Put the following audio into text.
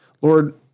Lord